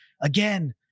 Again